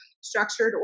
structured